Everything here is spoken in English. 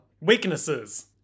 Weaknesses